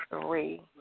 three